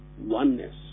oneness